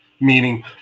meaning